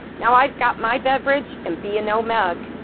now i've got my beverage and b and o mug,